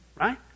right